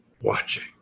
watching